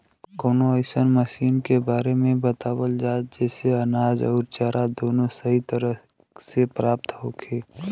कवनो अइसन मशीन के बारे में बतावल जा जेसे अनाज अउर चारा दोनों सही तरह से प्राप्त होखे?